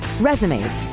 resumes